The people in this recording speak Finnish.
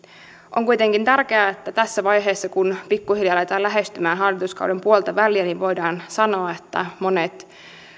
on kuitenkin tärkeää että tässä vaiheessa kun pikkuhiljaa aletaan lähestymään hallituskauden puoltaväliä voidaan sanoa että monet